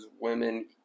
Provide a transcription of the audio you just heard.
women